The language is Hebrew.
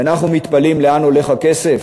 ואנחנו מתפלאים לאן הולך הכסף?